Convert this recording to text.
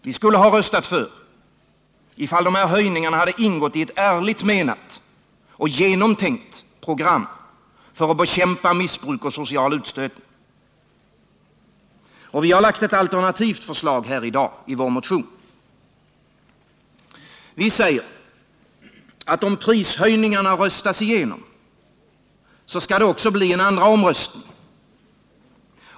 Vi skulle ha röstat för, om de här höjningarna ingått i ett ärligt menat och genomtänkt program för att bekämpa missbruk och social utstötning. Och vi har lagt fram ett alternativt förslag i vår motion. Vi säger: Om prishöjningarna röstas igenom skall det bli också en andra omröstning.